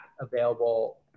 available